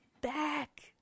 back